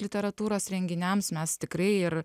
literatūros renginiams mes tikrai ir